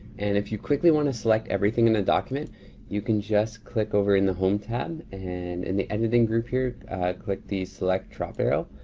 and if you quickly want to select everything in the document you can just click over in the home tab and in the editing group here click the select drop arrow.